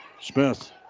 Smith